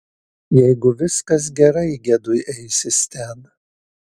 jeigu viskas gerai gedui eisis ten